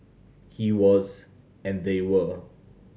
he was and they were